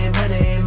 money